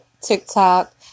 TikTok